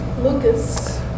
Lucas